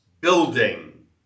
building